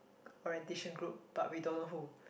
orientation group but we don't know who